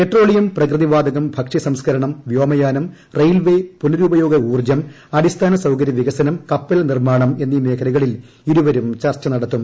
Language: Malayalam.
പെട്രോളിയം പ്രകൃതിവാതകം ഭക്ഷൃ സംസ്കരണം വ്യോമയാനം റെയിൽവേ പുനരുപയോഗ ഊർജ്ജം അടിസ്ഥാന സൌകരൃ വികസനം കപ്പൽ നിർമ്മാണം എന്നീ മേഖലകളിൽ ഇരുവരും ചർച്ച നടത്തും